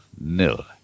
nil